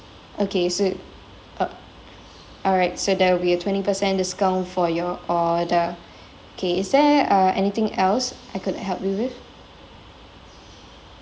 okay so uh alright so there will be a twenty percent discount for your order okay is there uh anything else I could help you with